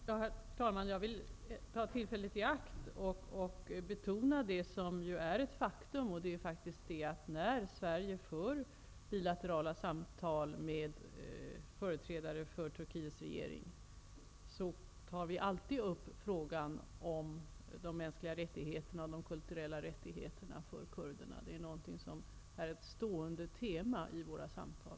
Herr talman! Jag vill ta tillfället i akt och betona något som är ett faktum, nämligen att Sverige när vi för bilaterala samtal med företrädare för Turkiets regering alltid tar upp frågan om de mänskliga rättigheterna och de kulturella rättigheterna för kurderna. Det är ett stående tema i våra samtal.